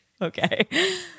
Okay